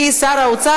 כי שר האוצר,